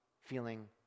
Feeling